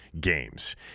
games